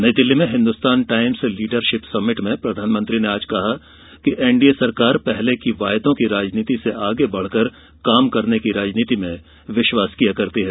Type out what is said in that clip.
नई दिल्ली में Hindustan Times leadership summit में प्रधानमंत्री ने आज कहा कि एनडीए सरकार पहले की वायदों की राजनीति से आगे बढ़कर काम करने की राजनीति में विश्वास किया करती है